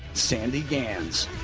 sandy ganz